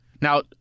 Now